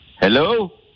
Hello